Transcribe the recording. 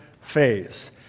phase